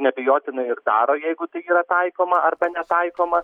neabejotinai ir daro jeigu tai yra taikoma arba netaikoma